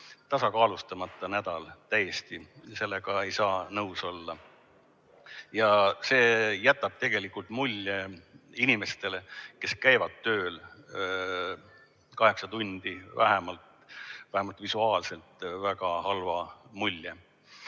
tasakaalustamata nädal, sellega ei saa nõus olla. See jätab tegelikult inimestele, kes käivad tööl kaheksa tundi, vähemalt visuaalselt väga halva mulje.